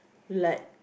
like